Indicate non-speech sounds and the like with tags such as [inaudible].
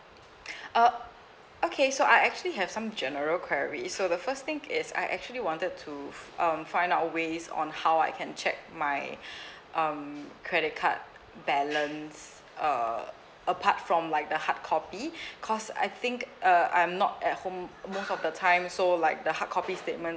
[breath] uh okay so I actually have some general queries so the first thing is I actually wanted to um find out ways on how I can check my [breath] um credit card balance uh apart from like the hardcopy [breath] cause I think uh I'm not at home most of the time so like the hardcopy statements